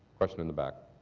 question in the back?